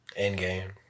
Endgame